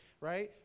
right